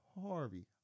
Harvey